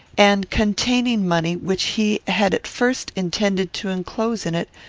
and containing money which he had at first intended to enclose in it,